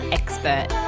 expert